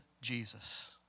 Jesus